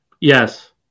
Yes